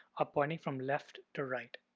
are pointing from left to right.